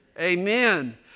Amen